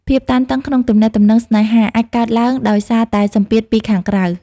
ភាពតានតឹងក្នុងទំនាក់ទំនងស្នេហា អាចកើតឡើងដោយសារតែសម្ពាធពីខាងក្រៅ។